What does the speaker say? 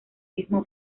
mismo